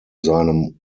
seinem